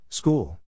School